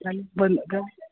बंद जालो